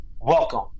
Welcome